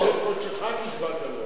כי בשם קודשך נשבעת לו